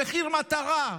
במחיר מטרה.